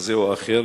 כזה או אחר,